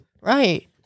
Right